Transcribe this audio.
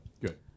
good